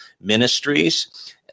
ministries